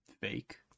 fake